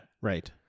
Right